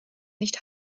nicht